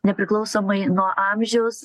nepriklausomai nuo amžiaus